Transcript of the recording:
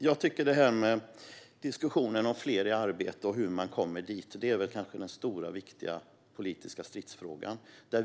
Jag tycker att diskussionen om fler i arbete och hur man kommer dit är den stora viktiga politiska stridsfrågan.